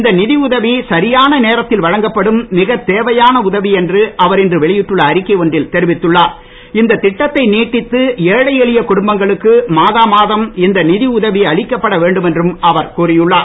இந்த நிதி உதவி சரியான நேரத்தில் வழங்கப்படும் மிகத் தேவையான உதவி என்று அவர் இன்று வெளியிட்டுள்ள அறிக்கை ஒன்றில் தெரிவித்துள்ளார் இந்த திட்டத்தை நீட்டித்து ஏழை எளிய குடும்பங்களுக்கு மாதாமாதம் இந்த நிதி உதவி அளிக்கப்பட வேண்டும் என்றும் அவர் கூறியுள்ளார்